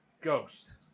ghost